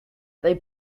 they